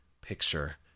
picture